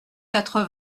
quatre